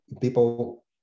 people